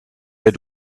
der